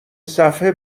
صفحه